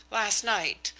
last night?